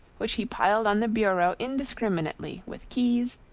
which he piled on the bureau indiscriminately with keys,